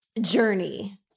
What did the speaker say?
journey